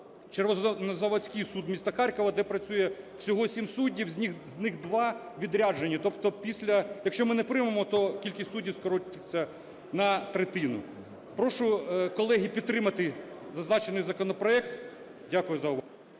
Червонозаводський суд міста Харкова, де працює всього 7 суддів, з них 2 – у відрядженні. Тобто після… Якщо ми не приймемо, то кількість суддів скоротиться на третину. Прошу, колеги, підтримати зазначений законопроект. Дякую за увагу.